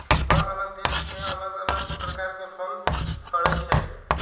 अल्लग अल्लग देश सभ में अल्लग अल्लग प्रकार के फल फरइ छइ